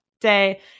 day